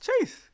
Chase